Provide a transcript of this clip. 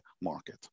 market